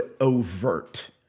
overt